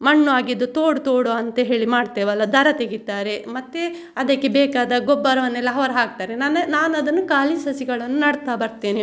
ಮಣ್ಣು ಅಗೆದು ತೋಡು ತೋಡು ಅಂತ ಹೇಳಿ ಮಾಡ್ತೆವಲ್ಲ ದರ ತೆಗಿತಾರೆ ಮತ್ತೇ ಅದಕ್ಕೆ ಬೇಕಾದ ಗೊಬ್ಬರವನ್ನೆಲ್ಲ ಅವರ್ ಹಾಕ್ತಾರೆ ನಾನು ಅದನ್ನು ಖಾಲಿ ಸಸಿಗಳನ್ನು ನಡ್ತಾ ಬರ್ತೆನೆ